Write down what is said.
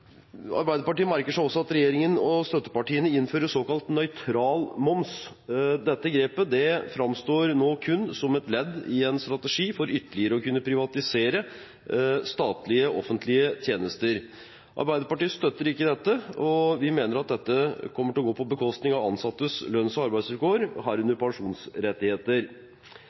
Arbeiderpartiet merker seg også at regjeringen og støttepartiene innfører såkalt nøytral moms. Dette grepet framstår nå kun som et ledd i en strategi for ytterligere å kunne privatisere statlige og offentlige tjenester. Arbeiderpartiet støtter ikke dette, og vi mener at det kommer til å gå på bekostning av ansattes lønns- og arbeidsvilkår, herunder pensjonsrettigheter.